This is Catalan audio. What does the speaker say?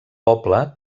poble